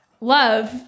Love